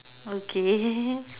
okay